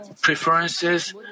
preferences